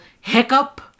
hiccup